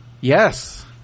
Yes